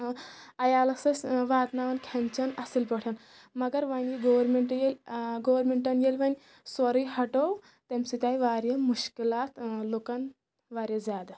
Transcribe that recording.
عیالَس ٲسۍ واتناوان کھٮ۪ن چٮ۪ن اَصٕل پٲٹھۍ مگر وۄنۍ یہِ گورمٮ۪نٛٹ ییٚلہِ گورمٮ۪نٛٹَن ییٚلہِ وۄنۍ سورُے ہَٹوو تَمہِ سۭتۍ آے واریاہ مُشکِلات لُکَن واریاہ زیادٕ